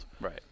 Right